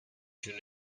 june